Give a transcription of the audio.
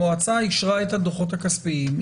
המועצה אישרה את הדוחות הכספיים,